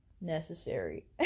necessary